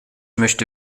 möchte